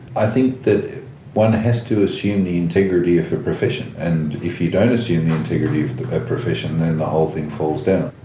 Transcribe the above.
i think that one has to assume the integrity of the profession and if you don't assume the integrity of the profession then the whole thing falls down.